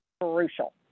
crucial